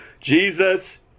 Jesus